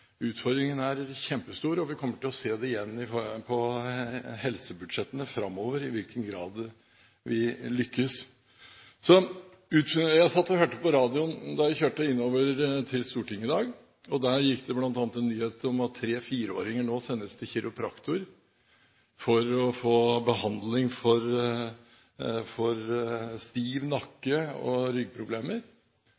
Utfordringen er kjempestor, og vi kommer til å se i helsebudsjettene framover i hvilken grad vi har lykkes. Jeg satt og hørte på radioen da jeg kjørte innover til Stortinget i dag. Der var det bl.a. en nyhet om at tre- og fireåringer nå sendes til kiropraktor for å få behandling for stiv